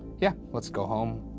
yeah, let's go home,